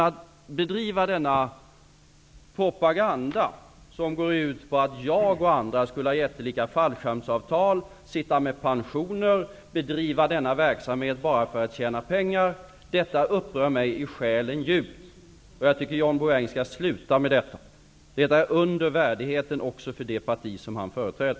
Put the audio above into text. Att bedriva denna propaganda, som går ut på att jag och andra skulle ha jättelika fallskärmsavtal, sitta med pensioner, bedriva denna verksamhet bara för att tjäna pengar -- det upprör mig djupt i själen. Jag tycker att John Bouvin skall sluta med detta. Det är under värdigheten, också för det parti han företräder.